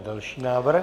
Další návrh.